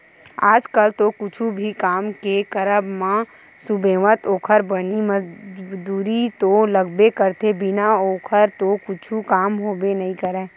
आज कल तो कुछु भी काम के करब म सुबेवत ओखर बनी मजदूरी तो लगबे करथे बिना ओखर तो कुछु काम होबे नइ करय